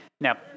Now